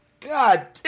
God